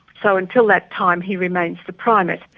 so until that time he remains the primate.